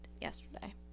yesterday